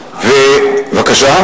מחר.